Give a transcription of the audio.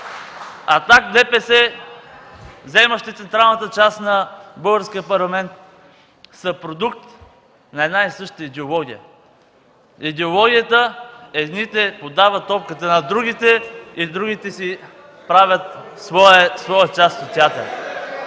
и ДПС, заемащи централната част в Българския парламент, са продукт на една и съща идеология – идеологията „едните подават топката на другите, а другите си правят своя част от